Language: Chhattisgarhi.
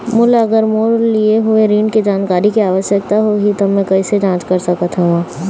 मोला अगर मोर लिए हुए ऋण के जानकारी के आवश्यकता होगी त मैं कैसे जांच सकत हव?